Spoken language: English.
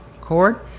cord